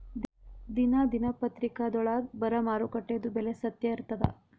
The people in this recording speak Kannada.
ದಿನಾ ದಿನಪತ್ರಿಕಾದೊಳಾಗ ಬರಾ ಮಾರುಕಟ್ಟೆದು ಬೆಲೆ ಸತ್ಯ ಇರ್ತಾದಾ?